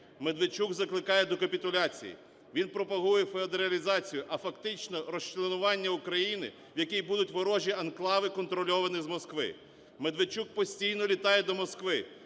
Медведчук закликає до капітуляції, він пропагує федералізацію, а фактично – розчленування України, в якій будуть ворожі анклави, контрольовані з Москви. Медведчук постійно літає до Москви,